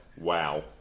wow